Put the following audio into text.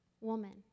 woman